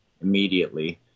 immediately